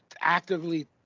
actively